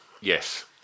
yes